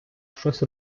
щось